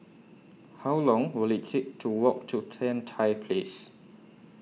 How Long Will IT Take to Walk to Tan Tye Place